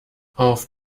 auf